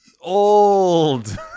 old